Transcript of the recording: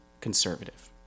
conservative